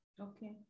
okay